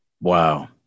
Wow